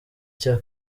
cya